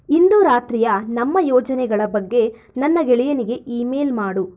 ಇಂದು ರಾತ್ರಿಯ ನಮ್ಮ ಯೋಜನೆಗಳ ಬಗ್ಗೆ ನನ್ನ ಗೆಳೆಯನಿಗೆ ಈಮೇಲ್ ಮಾಡು